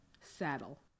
Saddle